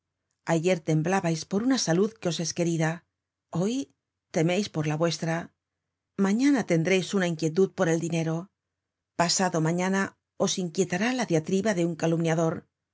ayer temblábais por una salud que os es querida hoy temeis por la vuestra mañana tendreis una inquietud por el dinero pasado mañana os inquietará la dia triba de un calumniador